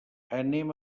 anem